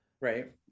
right